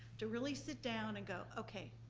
to really sit down and go, okay,